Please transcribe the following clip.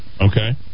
okay